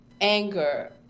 anger